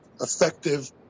effective